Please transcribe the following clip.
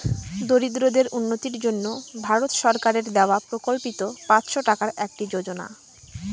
দরিদ্রদের উন্নতির জন্য ভারত সরকারের দেওয়া প্রকল্পিত পাঁচশো টাকার একটি যোজনা